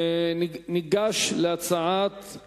ועדת הפנים.